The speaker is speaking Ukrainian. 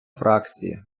фракції